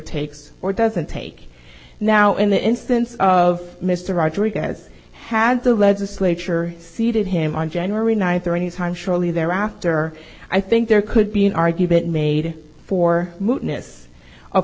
takes or doesn't take now in the instance of mr rodriguez had the legislature seated him on january ninth or any time shortly thereafter i think there could be an argument made for